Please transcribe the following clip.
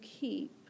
keep